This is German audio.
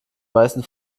meisten